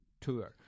tour